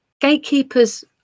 Gatekeepers